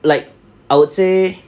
like I would say